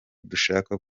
dushaka